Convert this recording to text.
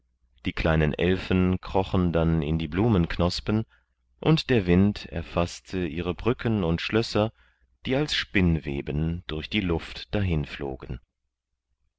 die kleinen elfen krochen dann in die blumenknospen und der wind erfaßte ihre brücken und schlösser die als spinnweben durch die luft